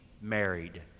married